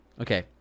Okay